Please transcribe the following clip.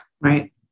right